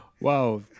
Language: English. Wow